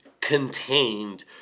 contained